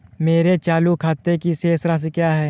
मेरे चालू खाते की शेष राशि क्या है?